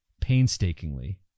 painstakingly